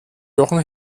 jochen